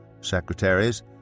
secretaries